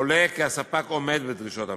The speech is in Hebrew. עולה כי הספק עומד בדרישות המכרז.